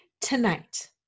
tonight